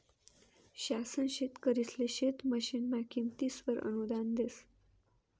शासन शेतकरिसले शेत मशीनना किमतीसवर अनुदान देस